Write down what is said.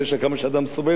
עוד להוסיף עליו דברים.